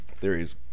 theories